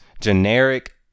generic